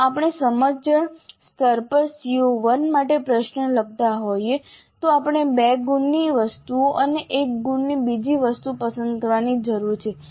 જો આપણે સમજણ સ્તર પર CO1 માટે પ્રશ્ન લખતા હોઈએ તો આપણે 2 ગુણની એક વસ્તુ અને 1 ગુણની બીજી વસ્તુ પસંદ કરવાની જરૂર છે